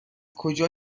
کجا